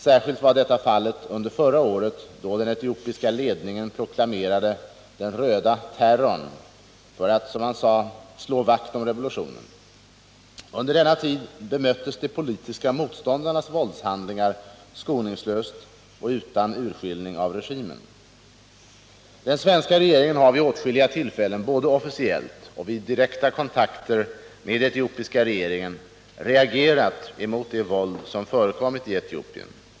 Särskilt var detta fallet under förra året, då den etiopiska ledningen proklamerade ”den röda terrorn” för att, som man sade, slå vakt om revolutionen. Under denna tid bemöttes de politiska motståndarnas våldshandlingar skoningslöst och utan urskillning av regimen. Den svenska regeringen har vid åtskilliga tillfällen, både officiellt och vid direkta kontakter med etiopiska regeringen, reagerat emot det våld som förekommit i Etiopien.